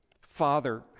Father